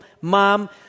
mom